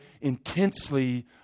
intensely